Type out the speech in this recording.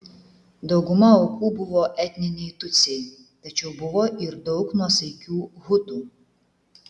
dauguma aukų buvo etniniai tutsiai tačiau buvo ir daug nuosaikių hutų